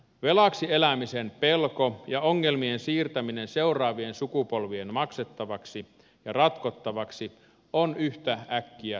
velaksi elämisen pelko ja ongelmien siirtäminen seuraavien sukupolvien maksettavaksi ja ratkottavaksi on yhtäkkiä tipotiessään